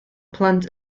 plant